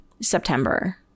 September